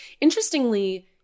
Interestingly